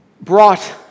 Brought